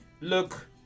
look